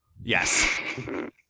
Yes